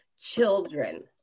children